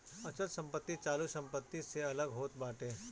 अचल संपत्ति चालू संपत्ति से अलग होत बाटे